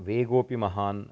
वेगोपि महान्